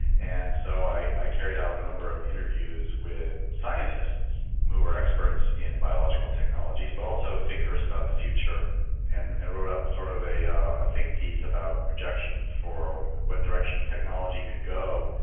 and so i carried out a number of interviews with scientists who are experts in biological technologies, but also thinkers about the future and and wrote up sort of a um think-piece about projections for what directions technology could go.